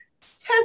test